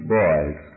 boys